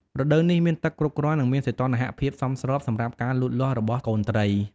រដូវនេះមានទឹកគ្រប់គ្រាន់ និងមានសីតុណ្ហភាពសមស្របសម្រាប់ការលូតលាស់របស់កូនត្រី។